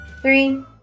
three